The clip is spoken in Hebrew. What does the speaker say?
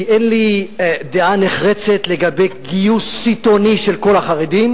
כי אין לי דעה נחרצת לגבי גיוס סיטוני של כל החרדים